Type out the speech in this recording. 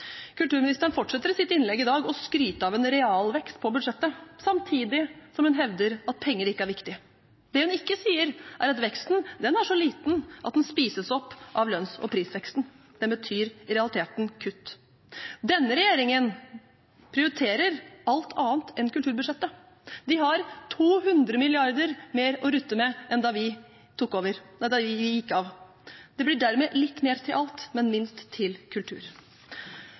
Kulturministeren fortsetter i sitt innlegg i dag å skryte av en realvekst på budsjettet, samtidig som hun hevder at penger ikke er viktig. Det hun ikke sier, er at veksten er så liten at den spises opp av lønns- og prisveksten. Den betyr i realiteten kutt. Denne regjeringen prioriterer alt annet enn kulturbudsjettet. De har 200 mrd. kr mer å rutte med enn vi hadde da vi gikk av. Det blir dermed litt mer til alt, men minst til kultur.